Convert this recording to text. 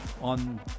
on